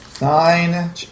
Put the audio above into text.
Nine